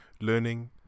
learning